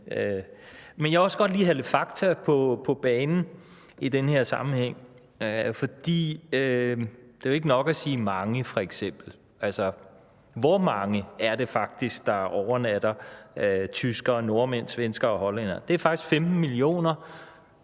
Men jeg vil også godt lige have lidt fakta på banen i den her sammenhæng, for det er jo f.eks. ikke nok at sige mange. Altså, hvor mange er det faktisk, der overnatter – tyskere, nordmænd, svenskere og hollændere? Det er faktisk 15 millioner